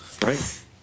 Right